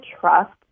trust